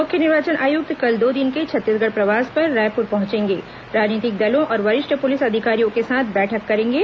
मुख्य निर्वाचन आयुक्त कल दो दिन के छत्तीसगढ़ प्रवास पर रायपुर पहुंचेंगे राजनीतिक दलों और वरिष्ठ पुलिस अधिकारियों के साथ बैठक करेंगे